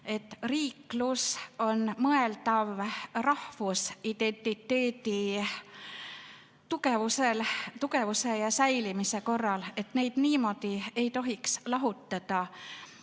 et riiklus on mõeldav rahvusidentiteedi tugevuse ja säilimise korral, et neid niimoodi ei tohiks lahutada.